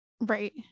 Right